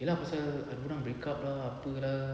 ye lah pasal ada orang breakup ah apa lah